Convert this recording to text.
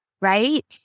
right